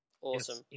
Awesome